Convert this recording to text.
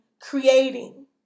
creating